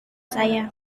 saya